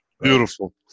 Beautiful